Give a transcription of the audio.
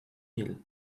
hill